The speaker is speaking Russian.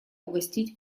угостить